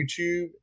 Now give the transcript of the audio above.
YouTube